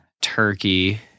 turkey